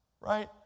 right